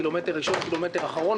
קילומטר ראשון-קילומטר אחרון,